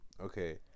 Okay